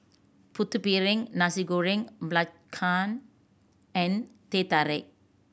Putu Piring Nasi Goreng Belacan and Teh Tarik